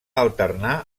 alternar